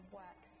work